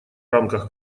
рамках